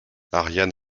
ariane